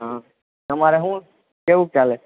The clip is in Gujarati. હા તમારે શું કેવું ચાલે